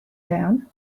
down